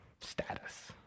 status